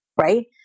right